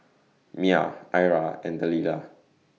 Myah Ira and Delilah